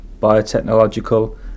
biotechnological